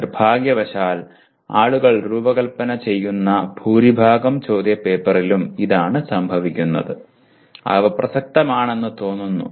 നിർഭാഗ്യവശാൽ ആളുകൾ രൂപകൽപ്പന ചെയ്യുന്ന ഭൂരിഭാഗം ചോദ്യപേപ്പറുകളിലും അതാണ് സംഭവിക്കുന്നത് അവ പ്രസക്തമാണെന്ന് തോന്നുന്നു